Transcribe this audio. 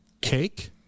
cake